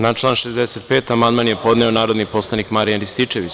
Na član 65. amandman je podneo narodni poslanik Marijan Rističević.